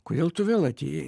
kodėl tu vėl atėjai